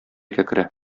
кәкре